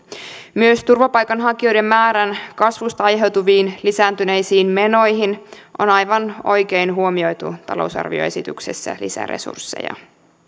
myös turvapaikanhakijoiden määrän kasvusta aiheutuviin lisääntyneisiin menoihin on aivan oikein huomioitu talousarvioesityksessä lisäresursseja